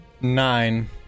Nine